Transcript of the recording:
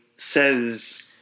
says